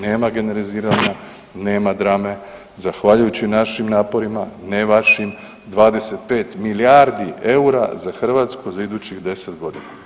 Nema generaliziranja, nema drame zahvaljujući našim naporima, ne vašim 25 milijardi eura za Hrvatsku za idućih 10 godina.